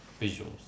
visuals